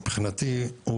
מבחינתי,